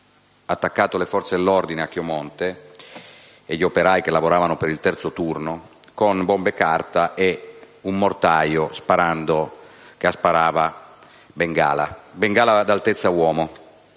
attaccato le forze dell'ordine a Chiomonte e gli operai che lavoravano per il terzo turno con bombe carta e un mortaio che sparava bengala ad altezza uomo.